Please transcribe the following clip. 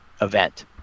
event